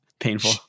painful